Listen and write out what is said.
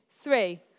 three